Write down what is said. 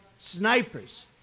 snipers